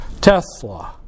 Tesla